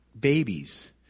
babies